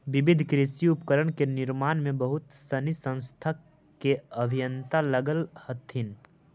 विविध कृषि उपकरण के निर्माण में बहुत सनी संस्था के अभियंता लगल हथिन